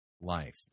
life